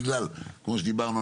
בגלל כמו שדיברנו,